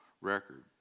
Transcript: record